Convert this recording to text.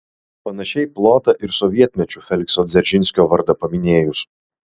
panašiai plota ir sovietmečiu felikso dzeržinskio vardą paminėjus